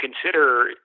consider